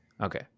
Okay